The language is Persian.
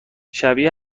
شبیه